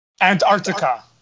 Antarctica